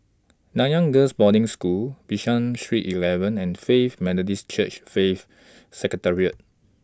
Nanyang Girls' Boarding School Bishan Street eleven and Faith Methodist Church Faith Sanctuary